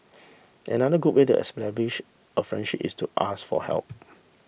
another good way to establish a friendship is to ask for help